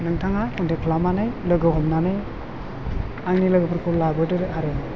नोंथाङा कनथेख खालामनानै लोगो हमनानै आंनि लोगोफोरखौ लाबोदो आरो